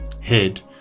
Head